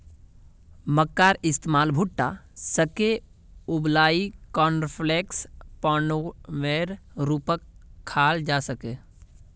मक्कार इस्तमाल भुट्टा सेंके उबलई कॉर्नफलेक्स पॉपकार्नेर रूपत खाल जा छेक